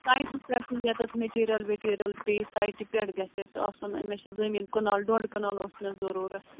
سایٹٕے پٮ۪ٹھٕے یَتَتھ میٚٹیٖریَل ویٚٹیٖریَل پے سایٹہٕ پٮ۪ٹھ گژھِ اَسہِ آسُن مےٚ چھِ زٔمیٖن کنال ڈۄڈ کنال اوس مےٚ ضٔروٗرَت